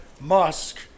Musk